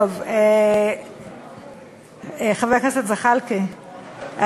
חבר הכנסת זחאלקֶה,